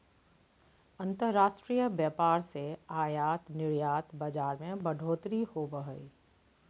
अंतर्राष्ट्रीय व्यापार से आयात निर्यात बाजार मे बढ़ोतरी होवो हय